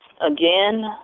Again